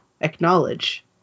acknowledge